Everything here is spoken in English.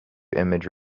image